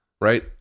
right